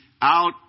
out